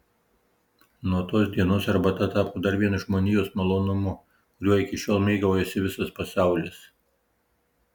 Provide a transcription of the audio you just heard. nuo tos dienos arbata tapo dar vienu žmonijos malonumu kuriuo iki šiol mėgaujasi visas pasaulis